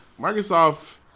microsoft